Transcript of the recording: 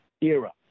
era